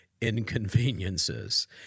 Inconveniences